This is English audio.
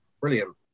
Brilliant